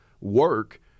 work